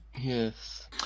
Yes